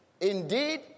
Indeed